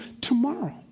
tomorrow